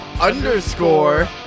Underscore